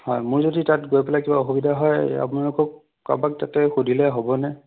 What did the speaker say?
হয় মই যদি তাত গৈ পেলাই কিবা অসুবিধা হয় আপোনালোকক কাৰোবাক তাতে সুধিলে হ'বনে